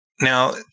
Now